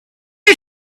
and